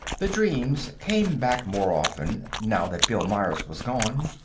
the dreams came back more often, now that bill myers was gone.